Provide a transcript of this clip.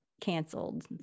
canceled